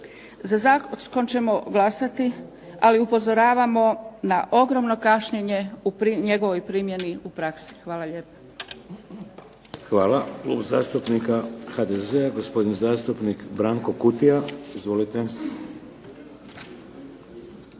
Za zakon ćemo glasati ali upozoravamo na ogromno kašnjenje u njegovoj primjeni u praksi. Hvala lijepa.